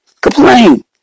complain